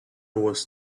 was